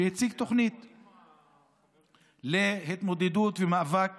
שהציג תוכנית להתמודדות, למאבק